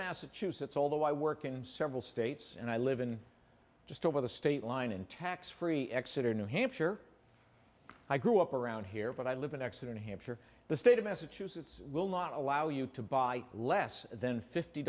massachusetts although i work in several states and i live in just over the state line in tax free exeter new hampshire i grew up around here but i live in accident hampshire the state of massachusetts will not allow you to buy less than fifty